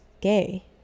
gay